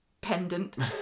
pendant